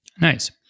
Nice